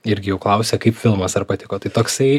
irgi jau klausia kaip filmas ar patiko tai toksai